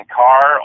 car